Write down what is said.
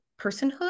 personhood